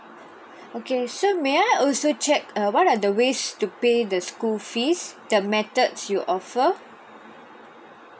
okay sure may I also check uh what are the ways to pay the school fees the methods you offer